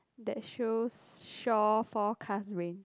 that shows shore forecast rain